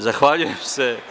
Zahvaljujem se.